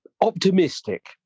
Optimistic